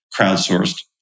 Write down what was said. crowdsourced